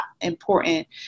important